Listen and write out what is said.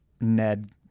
Ned